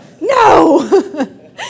no